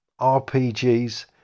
RPGs